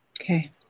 Okay